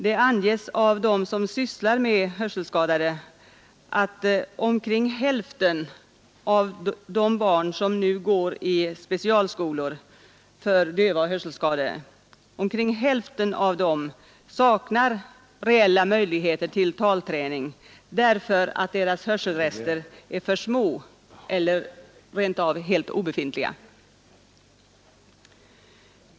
Det anges av dem som sysslar med hörselskadade att omkring hälften av de barn som går i specialskolor för döva och hörselskadade saknar reella möjligheter till talträning därför att deras hörselrester är för små eller obefintliga.